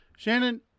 shannon